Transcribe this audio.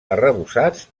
arrebossats